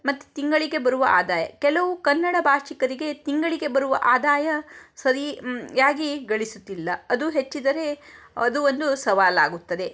ಮತ್ತು ತಿಂಗಳಿಗೆ ಬರುವ ಆದಾಯ ಕೆಲವು ಕನ್ನಡ ಭಾಷಿಗರಿಗೆ ತಿಂಗಳಿಗೆ ಬರುವ ಆದಾಯ ಸರಿ ಯಾಗಿ ಗಳಿಸುತ್ತಿಲ್ಲ ಅದು ಹೆಚ್ಚಿದರೆ ಅದು ಒಂದು ಸವಾಲಾಗುತ್ತದೆ